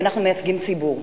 כי אנחנו מייצגים ציבור,